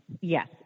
yes